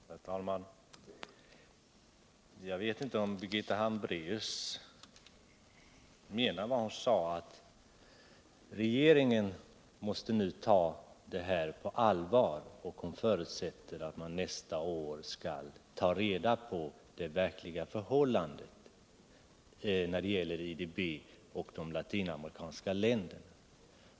Herr talman! Jag vet inte om Birgitta Hambraeus menade vad hon sade, när hon förutsatte att regeringen nästa år skall ta reda på det verkliga förhållandet när det gäller IDB och de latinamerikanska länderna.